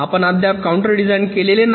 आपण अद्याप counter design केलेले नाही